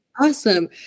Awesome